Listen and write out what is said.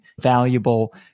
valuable